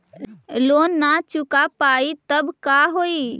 Loan न चुका पाई तब का होई?